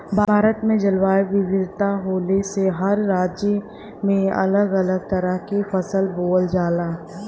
भारत में जलवायु विविधता होले से हर राज्य में अलग अलग तरह के फसल बोवल जाला